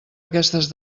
aquestes